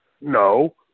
No